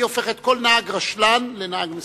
הופכת כל נהג רשלן לנהג מסוכן,